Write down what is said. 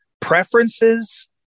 preferences